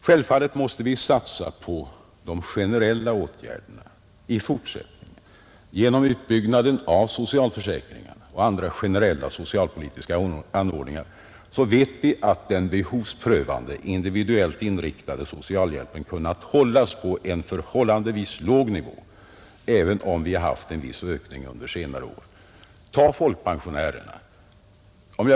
Självfallet måste vi satsa på de generella åtgärderna i fortsättningen, Genom utbyggnaden av socialförsäkringarna och andra generella socialpolitiska anordningar har den behovsprövade, individuellt inriktade socialhjälpen kunnat hållas på en förhållandevis låg nivå, även om vi har haft en viss ökning under senare år. Tag folkpensionärerna!